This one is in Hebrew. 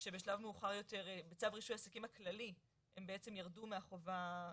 שבצו רישוי עסקים הכללי, הם בעצם ירדו מהחובה,